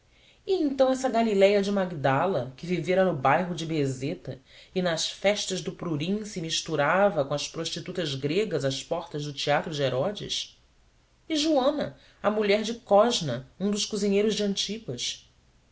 então essa galiléia de magdala que vivera no bairro de bezeta e nas festas do prurim se misturava com as prostitutas gregas às portas do teatro de herodes e joana a mulher de cosna um dos cozinheiros de antipas